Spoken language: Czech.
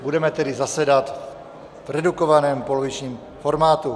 Budeme tedy zasedat v redukovaném polovičním formátu.